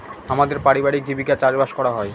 আমাদের পারিবারিক জীবিকা চাষবাস করা হয়